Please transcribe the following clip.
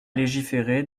légiférer